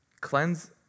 Cleanse